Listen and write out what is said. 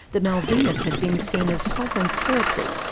the malvinas had been seen as sovereign territory,